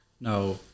Now